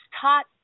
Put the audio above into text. taught